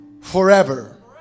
forever